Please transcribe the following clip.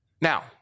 Now